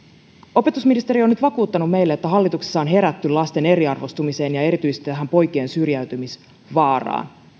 opetusministeri on nyt vakuuttanut meille että hallituksessa on herätty lasten eriarvoistumiseen ja erityisesti poikien syrjäytymisvaaraan